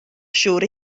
siŵr